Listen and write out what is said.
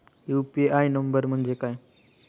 UPI number म्हणजे काय?